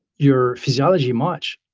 your physiology much.